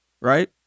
right